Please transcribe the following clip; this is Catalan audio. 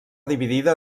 dividida